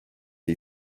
the